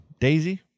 Daisy